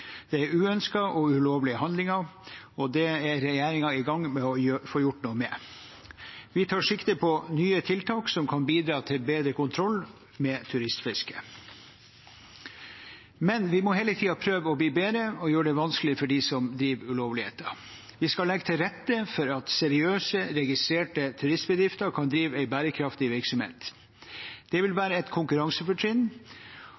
Det er uønskede og ulovlige handlinger, og det er regjeringen i gang med å få gjort noe med. Vi tar sikte på nye tiltak som kan bidra til bedre kontroll med turistfisket. Men vi må hele tiden prøve å bli bedre og gjøre det vanskeligere for dem som driver med ulovligheter. Vi skal legge til rette for at seriøse, registrerte turistbedrifter kan drive en bærekraftig virksomhet. Det vil